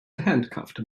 handcuffed